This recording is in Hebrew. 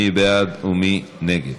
מי בעד ומי נגד?